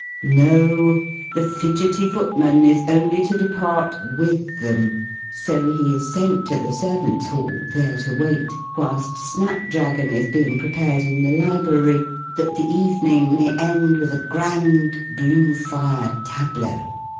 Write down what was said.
no the fidgety footman is only to depart with them so he is sent to the servants' hall, there to wait, whilst snap-dragon is being prepared in the library that the evening may end with a grand blue-fire tableaux.